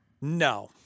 No